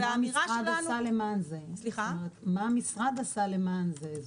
ומה המשרד עשה למען זה?